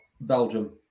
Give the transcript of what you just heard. Belgium